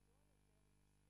תם סדר-היום.